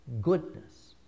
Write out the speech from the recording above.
goodness